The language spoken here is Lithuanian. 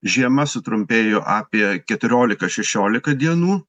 žiema sutrumpėjo apie keturiolika šešiolika dienų